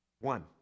One